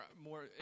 more